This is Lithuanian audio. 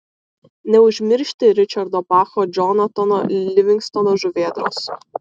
neužmiršti ričardo bacho džonatano livingstono žuvėdros